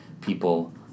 people